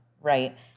right